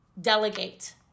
Delegate